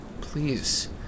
please